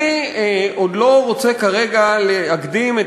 אני עוד לא רוצה כרגע להקדים את